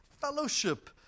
fellowship